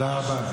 תודה רבה.